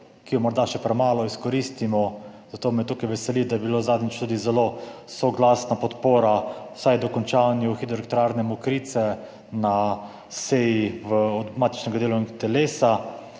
ki jo morda še premalo izkoristimo, zato me tukaj veseli, da je bila zadnjič tudi zelo soglasna podpora vsaj dokončanju Hidroelektrarne Mokrice na seji matičnega delovnega telesa.